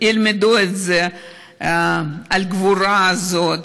שילמדו על הגבורה הזאת.